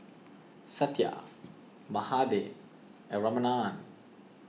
Satya Mahade and Ramanand